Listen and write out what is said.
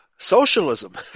Socialism